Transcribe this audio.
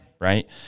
Right